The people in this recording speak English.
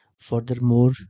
Furthermore